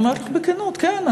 ואני אומרת לך בכנות: כן,